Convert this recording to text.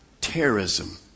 terrorism